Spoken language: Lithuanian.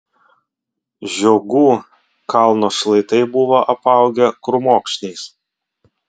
žiogų kalno šlaitai buvo apaugę krūmokšniais